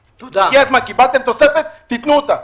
קיבלתם תוספת, תנו אותה.